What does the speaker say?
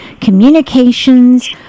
communications